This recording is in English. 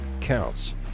counts